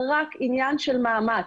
זה רק עניין של מאמץ.